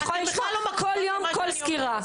את יכולה לשמוע כל יום כל סקירה.